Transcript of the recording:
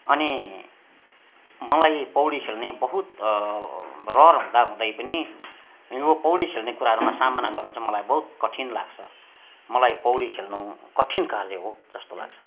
अनि मलाई पौडी खेल्ने बहुत रहर हुँदाहुँदै पनि यो पौडी खेल्ने कुराहरूमा सामना गर्नु चाहिँ मलाई बहुत कठिन लाग्छ मलाई पौडी खेल्नु कठिन कार्य हो जस्तो लाग्छ